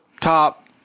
top